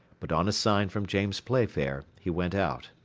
but on a sign from james playfair he went out.